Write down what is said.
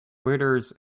waiters